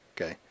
Okay